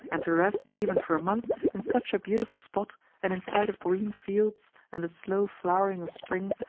and to rest, even for a month, in such a beautiful spot, and in sight of green fields and the slow flowering of spring,